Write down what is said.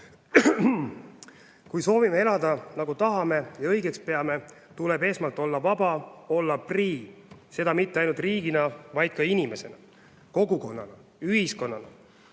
Kui soovime elada, nagu tahame ja õigeks peame, tuleb esmalt olla vaba, olla prii, seda mitte ainult riigina, vaid ka inimesena, kogukonnana, ühiskonnana.